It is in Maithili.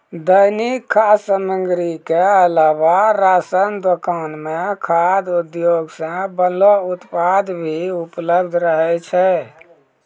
दैनिक खाद्य सामग्री क अलावा राशन दुकान म खाद्य उद्योग सें बनलो उत्पाद भी उपलब्ध रहै छै